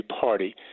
party